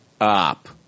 up